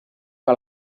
que